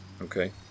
Okay